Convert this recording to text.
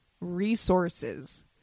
resources